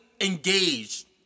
engaged